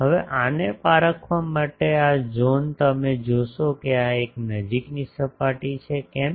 હવે આને પારખવા માટે આ ઝોન તમે જોશો કે આ એક નજીકની સપાટી છે કેમ